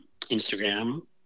Instagram